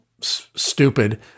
stupid